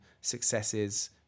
successes